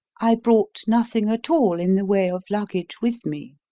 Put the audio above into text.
i brought nothing at all in the way of luggage with me.